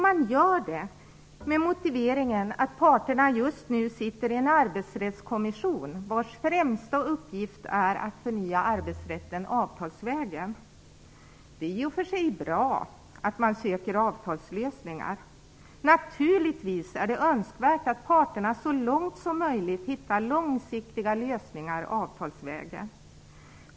Man gör det med motiveringen att parterna just nu sitter i en arbetsrättskommission, vars främsta uppgift är att förnya arbetsrätten avtalsvägen. Det är i och för sig bra att man söker avtalslösningar. Naturligtvis är det önskvärt att parterna så långt som möjligt hittar långsiktiga lösningar avtalsvägen.